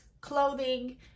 clothing